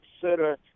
consider